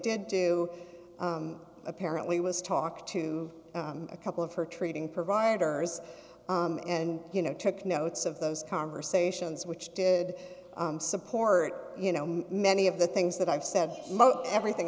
did do apparently was talk to a couple of her treating providers and you know took notes of those conversations which did support you know many of the things that i've said most everything